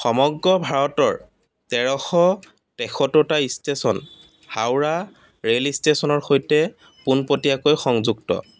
সমগ্ৰ ভাৰতৰ তেৰশ তেসত্তৰটা ষ্টেশ্যন হাওৰা ৰেল ষ্টেশ্যনৰ সৈতে পোনপটীয়াকৈ সংযুক্ত